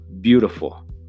beautiful